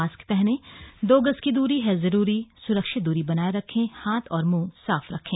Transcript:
mask पहने दो गज की दूरी है जरूरी सुरक्षित दूरी बनाए रखें हाथ और मुंह साफ रखें